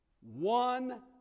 One